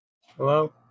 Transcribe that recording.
Hello